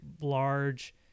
large